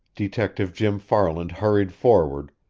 detective jim farland hurried forward,